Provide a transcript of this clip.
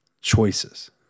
Choices